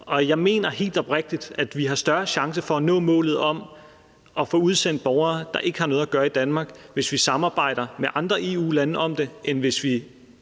Jeg mener helt oprigtigt, at vi har større chance for at nå målet om at få udsendt borgere, der ikke har noget at gøre i Danmark, hvis vi samarbejder med andre EU-lande om det, end hvis vi